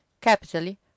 capitally